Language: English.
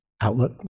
outlook